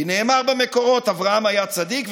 כי נאמר במקורות: אברהם היה צדיק,